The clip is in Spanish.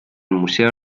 museo